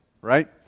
Right